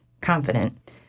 confident